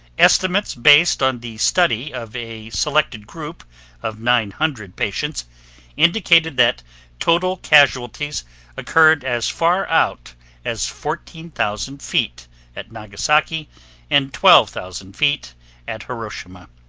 estimates based on the study of a selected group of nine hundred patients indicated that total casualties occurred as far out as fourteen thousand feet at nagasaki and twelve thousand feet at hiroshima.